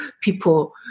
people